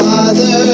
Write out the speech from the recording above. Father